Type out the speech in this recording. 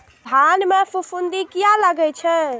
धान में फूफुंदी किया लगे छे?